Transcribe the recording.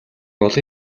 олон